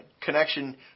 connection